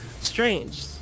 strange